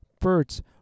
birds